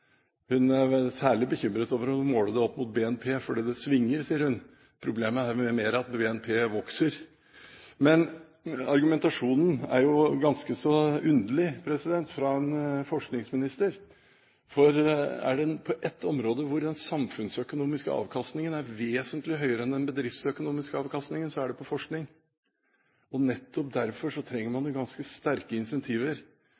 Hun er særlig bekymret for å måle det opp mot BNP, for det svinger – sier hun. Problemet er vel mer at BNP vokser. Men argumentasjonen er jo ganske så underlig fra en forskningsminister, for er det ett område hvor den samfunnsøkonomiske avkastningen er vesentlig høyere enn den bedriftsøkonomiske avkastningen, så er det på forskning. Nettopp derfor trenger man